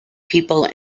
people